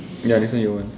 ya next one your one